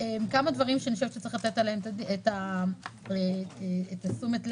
יש כמה דברים שאני חושבת שצריך לתת להם את תשומת הלב,